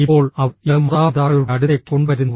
ഇപ്പോൾ അവർ ഇത് മാതാപിതാക്കളുടെ അടുത്തേക്ക് കൊണ്ടുവരുന്നു